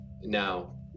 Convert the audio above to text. now